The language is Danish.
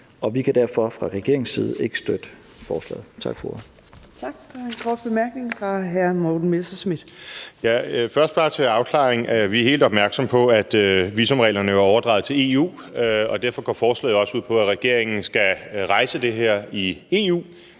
Vi kan derfor fra regeringens side ikke støtte forslaget.